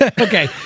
Okay